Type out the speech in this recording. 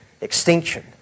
extinction